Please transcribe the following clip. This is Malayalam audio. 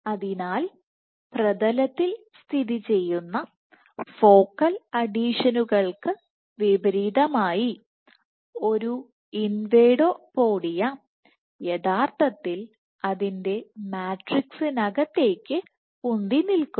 അതിനാൽ പ്രതലത്തിൽസ്ഥിതി ചെയ്യുന്ന ഫോക്കൽ അഡിഷനുകൾക്ക് വിപരീതമായി ഒരു ഇൻവാഡോപോഡിയ യഥാർത്ഥത്തിൽ അതിന്റെ മാട്രിക്സിനകത്തേക്ക് ഉന്തി നിൽക്കുന്നു